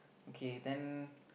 okay then